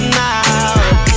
now